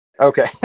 Okay